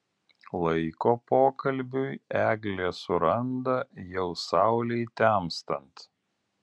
laiko pokalbiui eglė suranda jau saulei temstant